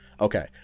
Okay